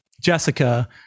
Jessica